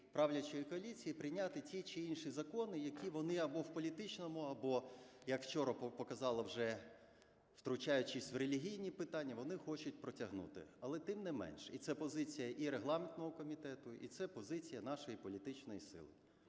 правлячої коаліції прийняти ті чи інші закони, які вони або в політичному, або, як вчора показали вже, втручаючись в релігійні питання, вони хочуть протягнути. Але, тим не менше, і це позиція і регламентного комітету, і це позиція нашої політичної сили: